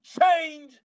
change